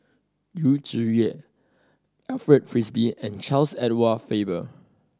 Yu Zhuye Alfred Frisby and Charles Edward Faber